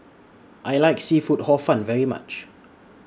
I like Seafood Hor Fun very much